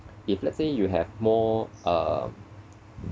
if let's say you have more uh